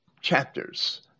chapters